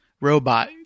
robot